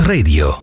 Radio